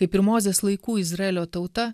kaip ir mozės laikų izraelio tauta